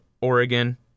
Oregon